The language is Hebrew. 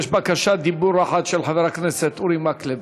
יש בקשת דיבור אחד של חבר הכנסת אורי מקלב,